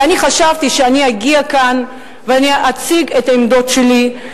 ואני חשבתי שאני אגיע לכאן ואני אציג את העמדות שלי.